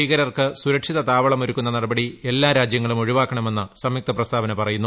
ഭീകരർക്ക് സുരക്ഷിത താവളമൊരുക്കുന്ന് നടപടി എല്ലാരാജ്യങ്ങളും ഒഴിവാക്കണമെന്ന് സംയുക്ത പ്രീസ്താവന പറയുന്നു